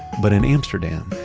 but in amsterdam,